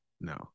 No